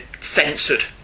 censored